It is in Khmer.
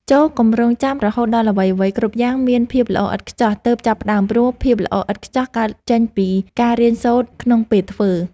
ចូរកុំរង់ចាំរហូតដល់អ្វីៗគ្រប់យ៉ាងមានភាពល្អឥតខ្ចោះទើបចាប់ផ្តើមព្រោះភាពល្អឥតខ្ចោះកើតចេញពីការរៀនសូត្រក្នុងពេលធ្វើ។